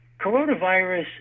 coronavirus